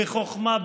בחוכמה,